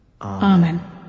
Amen